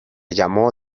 llamó